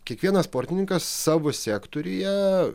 kiekvienas sportininkas savo sektoriuje